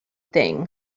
thing